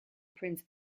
prince